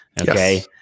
Okay